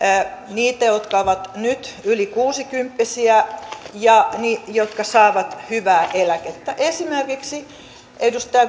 niitä jotka ovat nyt yli kuusikymppisiä ja jotka saavat hyvää eläkettä esimerkiksi edustaja